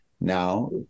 now